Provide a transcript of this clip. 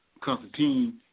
Constantine